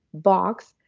box,